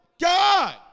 God